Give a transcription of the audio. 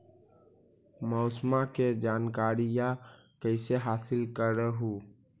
मौसमा के जनकरिया कैसे हासिल कर हू?